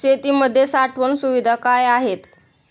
शेतीमध्ये साठवण सुविधा काय आहेत?